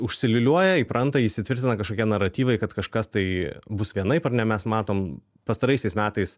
užsiliūliuoja įpranta įsitvirtina kažkokie naratyvai kad kažkas tai bus vienaip ar ne mes matom pastaraisiais metais